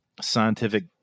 scientific